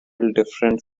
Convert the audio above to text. different